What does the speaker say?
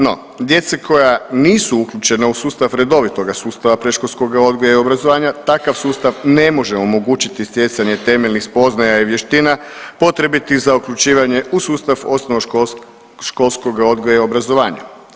No, djeci koja nisu uključena u sustav redovitoga sustava predškolskoga odgoja i obrazovanja, takav sustav ne može omogućiti stjecanje temeljnih spoznaja i vještina potrebitih za uključivanje u sustav osnovnoškolskog odgoja i obrazovanja.